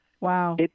Wow